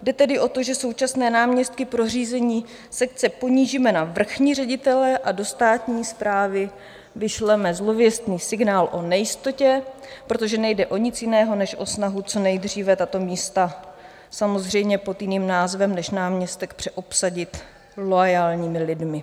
Jde tedy o to, že současné náměstky pro řízení sekce ponížíme na vrchní ředitele a do státní správy vyšleme zlověstný signál o nejistotě, protože nejde o nic jiného než o snahu co nejdříve tato místa, samozřejmě pod jiným názvem než náměstek, přeobsadit loajálními lidmi.